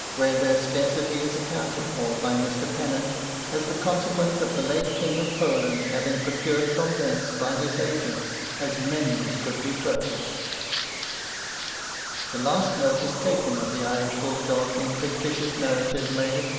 where their scarcity is accounted for by mr. pennant as the consequence of the late king of poland having procured from thence by his agents as many as could be purchased the last notice taken of the irish wolf-dog in fictitious narrative may,